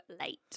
late